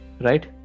right